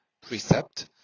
precept